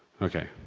okay,